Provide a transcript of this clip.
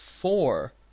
four